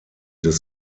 des